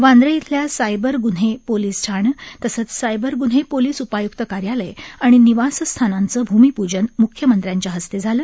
वांद्रे इथल्या सायबर गुन्हे पोलीस ठाणं तसंच सायबर गुन्हे पोलीस उपायुक्त कार्यालय आणि निवासस्थानांचं भूमिपूजन म्ख्यमंत्र्याच्या हस्ते झाले